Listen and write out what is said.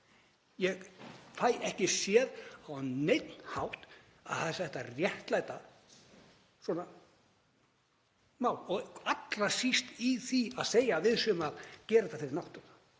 Ég fæ ekki séð á neinn hátt að það sé hægt að réttlæta svona mál og allra síst með því að segja að við séum að gera þetta fyrir náttúruna